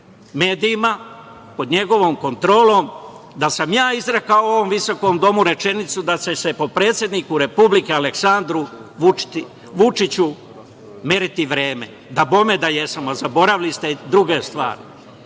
medijima, pod njegovom kontrolom da sam ja izrekao u ovom visokom domu rečenicu da će se po predsedniku Republike Aleksandru Vučiću meriti vreme, dabome da jesam, ali zaboravili ste druge stvari.